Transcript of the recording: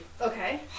Okay